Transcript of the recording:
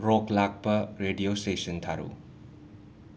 rock ꯂꯥꯛꯄ radio station ꯊꯥꯔꯛꯎ